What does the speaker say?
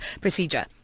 procedure